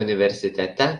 universitete